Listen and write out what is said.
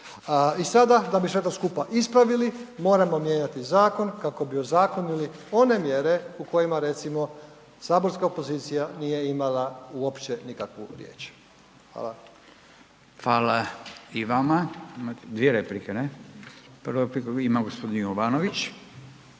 I sada da bi to sve skupa ispravili moramo mijenjati zakon kako bi ozakonili one mjere u kojima recimo saborska opozicija nije imala uopće nikakvu riječ. Hvala. **Radin, Furio (Nezavisni)** Fala i vama. Dvije replike, ne? Prvu repliku ima g. Jovanović.